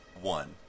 One